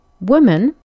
women